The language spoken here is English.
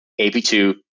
AP2